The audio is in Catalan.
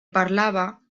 parlava